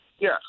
Yes